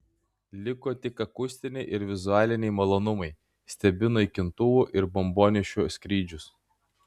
liko tik akustiniai ir vizualiniai malonumai stebiu naikintuvų ir bombonešių skrydžius